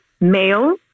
male